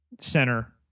center